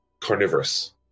carnivorous